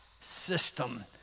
system